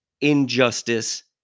injustice